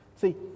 See